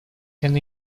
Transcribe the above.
can